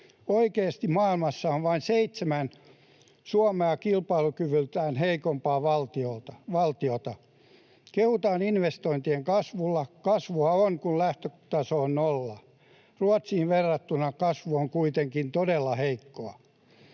Oikeasti maailmassa on vain seitsemän kilpailukyvyltään Suomea heikompaa valtiota. Kehutaan investointien kasvulla. Kasvua on, kun lähtötaso on nolla. Ruotsiin verrattuna kasvu on kuitenkin todella heikkoa.